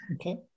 Okay